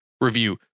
review